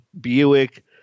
Buick